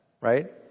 right